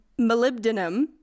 molybdenum